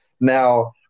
Now